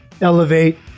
elevate